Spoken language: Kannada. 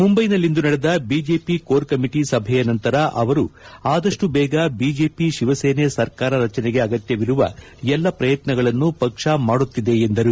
ಮುಂಬೈನಲ್ಲಿಂದು ನಡೆದ ಬಿಜೆಪಿ ಕೋರ್ ಕಮಿಟಿ ಸಭೆಯ ನಂತರ ಅವರು ಆದಪ್ಪು ಬೇಗ ಬಿಜೆಪಿ ಶಿವಸೇನೆ ಸರ್ಕಾರ ರಚನೆಗೆ ಅಗತ್ಲವಿರುವ ಎಲ್ಲ ಪ್ರಯತ್ನಗಳನ್ನು ಪಕ್ಷ ಮಾಡುತ್ತಿದೆ ಎಂದರು